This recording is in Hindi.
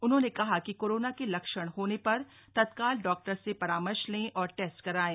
उन्होंने कहा कि कोरोना के लक्षण होने पर तत्काल डॉक्टर से परामर्श ले और टेस्ट करवाएं